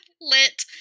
lit